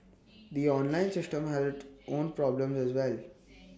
the online system had own problems as well